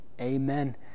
Amen